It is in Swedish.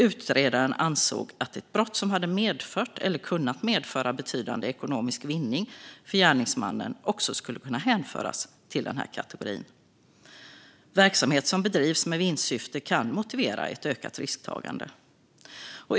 Utredaren ansåg att brott som hade medfört eller kunnat medföra betydande ekonomisk vinning för gärningsmannen också skulle kunna hänföras till den kategorin. Verksamhet som bedrivs med vinstsyfte kan motivera ett ökat risktagande.